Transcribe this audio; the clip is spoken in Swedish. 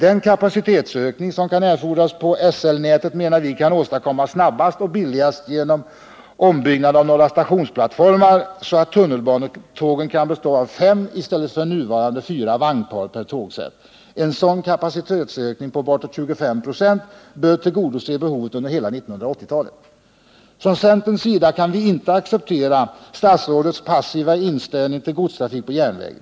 Den kapacitetsökning som kan erfordras på SL-nätet menar vi kan åstadkommas snabbast och billigast genom ombyggnad av några stationsplattformar så att tunnelbanetågen kan bestå av fem i stället för nuvarande fyra vagnar per tågsätt. En sådan kapacitetsökning på bortåt 25 96 bör tillgodose behovet under hela 1980-talet. Från centerns sida kan vi inte acceptera statsrådets passiva inställning till godstrafik på järnväg.